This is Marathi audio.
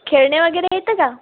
खेळणे वगैरे येतं का